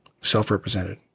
self-represented